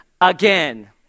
again